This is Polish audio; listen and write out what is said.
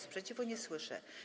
Sprzeciwu nie słyszę.